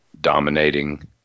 dominating